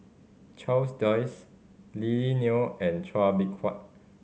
Charles Dyce Lily Neo and Chua Beng Huat